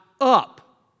up